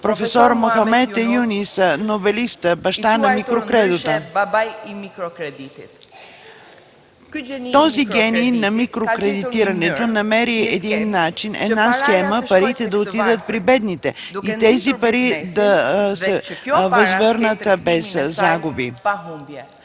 проф. Мохамад Юнис – нобелистът, баща на микрокредита. Този гений на микрокредитирането намери един начин, една схема парите да отидат при бедните и тези пари да се възвърнат без загуби.